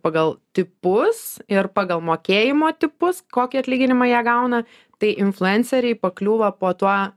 pagal tipus ir pagal mokėjimo tipus kokį atlyginimą jie gauna tai influenceriai pakliūva po tuo